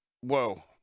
whoa